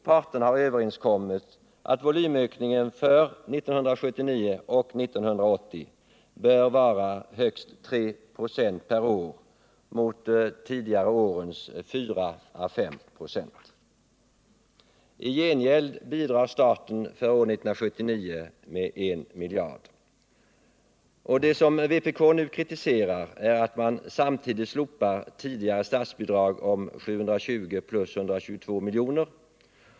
Parterna har överenskommit att volymökningen för 1979 och 1980 bör vara 3 96 per år mot tidigare 4-5 926. I gengäld bidrar staten för år 1979 med en miljard. Det som vpk nu kritiserar är att man samtidigt slopar tidigare statsbidrag om 720 miljoner plus 122 miljoner.